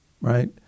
Right